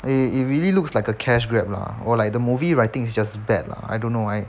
it it really looks like a cash grab lah or like the movie writing is just bad lah I don't know I